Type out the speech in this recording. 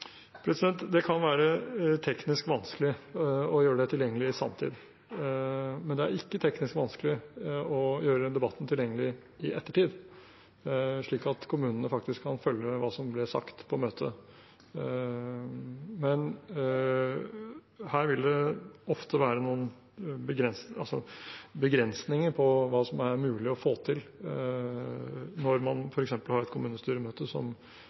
digitalt? Det kan være teknisk vanskelig å gjøre det tilgjengelig i sanntid, men det er ikke teknisk vanskelig å gjøre debatten tilgjengelig i ettertid, slik at kommunene faktisk kan følge hva som ble sagt på møtet. Men her vil det ofte være noen begrensninger på hva som er mulig å få til, når man f.eks. har et kommunestyremøte